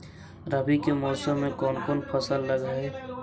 रवि के मौसम में कोन कोन फसल लग है?